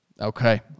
okay